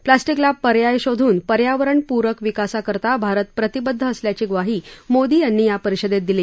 प्लास्टिकला पर्याय शोधून पर्यावरणपूरक विकासाकरता भारत प्रतिबद्ध असल्याची ग्वाही मोदी यांनी या परिषदेत दिली